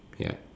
ya